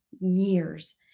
years